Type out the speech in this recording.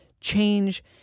change